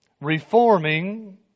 Reforming